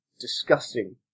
disgusting